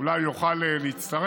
אולי הוא יוכל להצטרף.